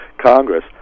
Congress